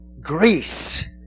Greece